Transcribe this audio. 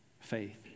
faith